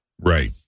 Right